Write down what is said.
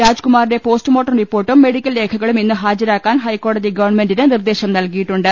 രാജ്കുമാറിന്റെ postmortem റിപ്പോർട്ടും medical രേഖകളും ഇന്ന് ഹാജരാ ക്കാൻ ഹൈക്കോടതി ഗവൺമെന്റിന് നിർദേശം നൽകിയിട്ടുണ്ട്